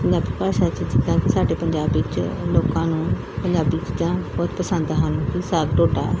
ਪੰਜਾਬੀ ਭਾਸ਼ਾ 'ਚ ਜਿੱਦਾਂ ਕਿ ਸਾਡੇ ਪੰਜਾਬ ਵਿੱਚ ਲੋਕਾਂ ਨੂੰ ਪੰਜਾਬੀ ਚੀਜ਼ਾਂ ਬਹੁਤ ਪਸੰਦ ਹਨ ਸਾਗ